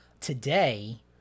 Today